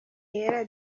yera